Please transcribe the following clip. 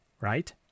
right